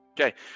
Okay